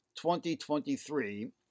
2023